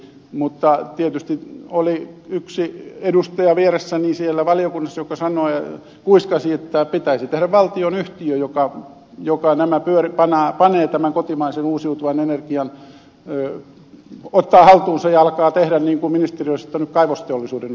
mutta yksi edustaja vieressäni siellä valiokunnassa kuiskasi että pitäisi tehdä valtionyhtiö joka ottaa tämän kotimaisen uusiutuvan energian haltuunsa ja alkaa tehdä niin kuin ministeriö on esittänyt kaivosteollisuuden osalta